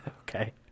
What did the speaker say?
Okay